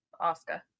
oscar